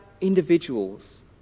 individuals